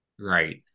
Right